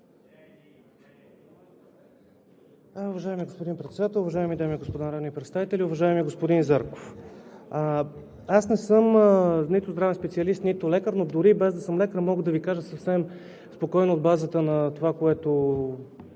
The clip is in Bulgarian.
Уважаеми господин Председател, уважаеми дами и господа народни представители! Уважаеми господин Зарков, аз не съм нито здравен специалист, нито лекар, но дори без да съм лекар, мога да Ви кажа съвсем спокойно на базата на това, което